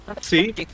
See